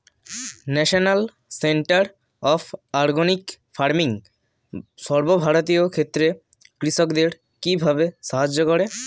National centre of organic farming সর্বভারতীয় ক্ষেত্রে কৃষকদের কিভাবে সাহায্য করে?